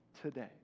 today